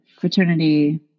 fraternity